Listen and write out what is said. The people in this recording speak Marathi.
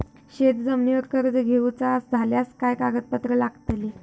शेत जमिनीवर कर्ज घेऊचा झाल्यास काय कागदपत्र लागतली?